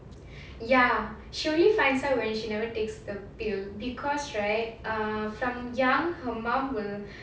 ya she only finds out when she never takes the pill because right err from young her mum will